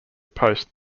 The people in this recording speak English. post